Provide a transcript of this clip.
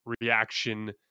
reaction